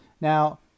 Now